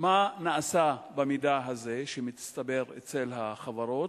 מה נעשה במידע הזה שמצטבר אצל החברות?